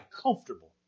comfortable